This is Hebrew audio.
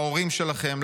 להורים שלכם,